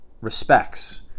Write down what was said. respects